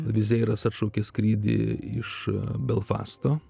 vizairas atšaukė skrydį iš belfasto